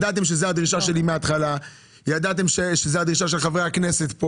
ידעתם מההתחלה שזוהי הדרישה שלי, ושל חברי הכנסת.